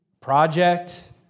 Project